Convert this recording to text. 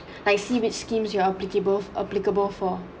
I see which schemes you are applicable applicable for